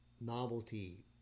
novelty